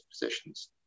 positions